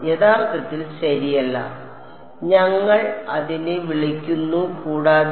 യഥാർത്ഥത്തിൽ ശരിയല്ല ഞങ്ങൾ അതിനെ വിളിക്കുന്നു കൂടാതെ